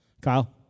Kyle